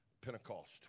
Pentecost